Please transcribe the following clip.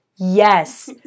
Yes